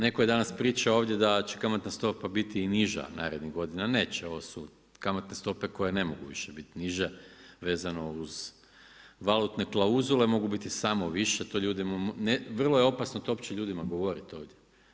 Netko je danas pričao ovdje da će kamatna stupa biti i niža narednih godina, neće, ovo su kamatne stope koje ne mogu više biti niža vezano uz valutne klauzule, mogu biti samo više, to ljudima, vrlo je opasno uopće ljudima to govoriti ovdje.